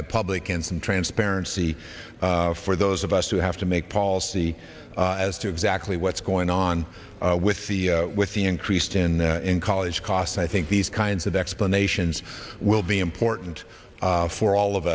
the public and some transparency for those of us who have to make policy as to exactly what's going on with the with the increased in in college costs i think these kinds of explanations will be important for all of